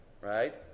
right